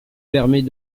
permet